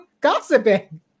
gossiping